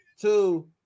two